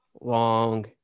long